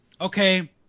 okay